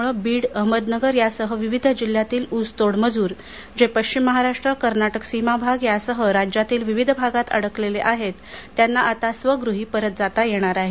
या निर्णयामुळे बीड अहमदनगर यांसह विविध जिल्ह्यातील ऊसतोड मजूर जे पश्चिम महाराष्ट्र कर्नाटक सीमा भाग यासह राज्यातील विविध भागात अडकलेले आहेत त्यांना आता स्वगृही परत जाता येणार आहे